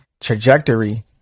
trajectory